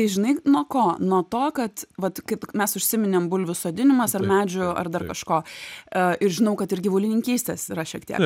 žinai nuo ko nuo to kad ir žinau kad ir gyvulininkystės yra šiek tiek